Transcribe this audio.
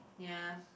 yeah